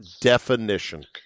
definition